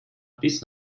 bis